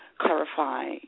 clarify